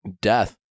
death